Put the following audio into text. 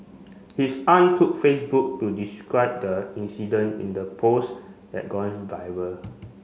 his aunt took Facebook to describe the incident in the post that gone viral